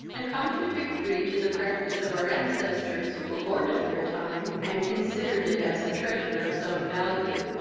and contradictory to the practice of our ancestors, who hoarded their time, and considered it as a treasure of some value.